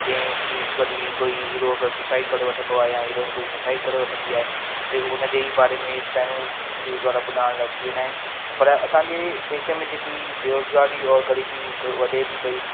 जंहिं की कॾहिं कोई हीरो अगरि सुसाइड करे वठंदो आहे या हीरोइन कोई सुसाइड करे वठंदी आहे त सिर्फ़ु हुन जे ई बारे में पहिरियों न्यूज़ वारा ॿुधाइण लाइ अची वेंदा आहिनि पर असांजी देश में जेकी बेरोज़गारी औरि ग़रीबी वधे थी पई